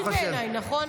הוא ראוי בעיניי, נכון?